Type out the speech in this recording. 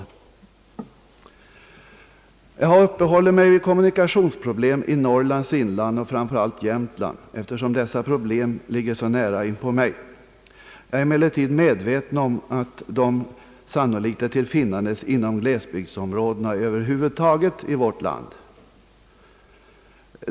Jag har uppehållit mig vid kommunikationsproblemen i Norrlands inland och framför allt i Jämtland, eftersom dessa problem ligger mig nära. Jag är emellertid medveten om att de sannolikt är till finnandes inom glesbygdsområdena över huvud taget i vårt land.